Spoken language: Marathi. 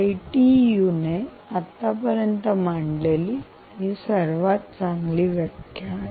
आईटीयू ने आतापर्यंत मांडलेली ही सर्वात चांगली व्याख्या आहे